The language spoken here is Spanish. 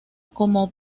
como